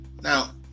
Now